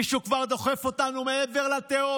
מישהו כבר דוחף אותנו כבר מעבר לתהום.